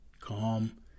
calm